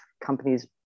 companies